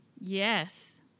Yes